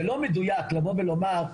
זה לא מדויק לבוא ולומר,